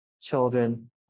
Children